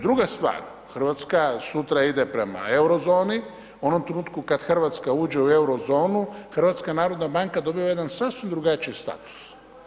Druga stvar, Hrvatska sutra ide prema eurozoni, u onom trenutku kad Hrvatska uđe u eurozonu HNB dobiva jedan sasvim drugačiji status.